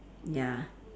ya